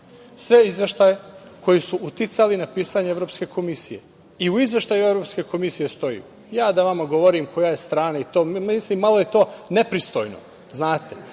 sve izveštaje koji su uticali na pisanje Evropske komisije. U Izveštaju Evropske komisije stoji, ja da vama govorim koja je strana i to, malo je to nepristojno, znate,